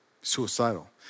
suicidal